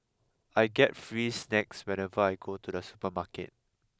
I get free snacks whenever I go to the supermarket